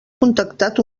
contactat